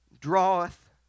draweth